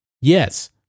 Yes